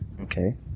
Okay